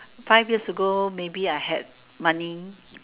five years ago maybe I had money